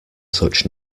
such